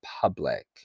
public